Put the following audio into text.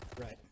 Right